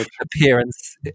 appearance